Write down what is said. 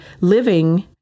living